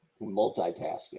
Multitasking